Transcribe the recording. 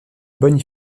bonne